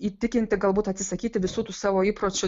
įtikinti galbūt atsisakyti visų tų savo įpročių